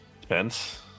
Depends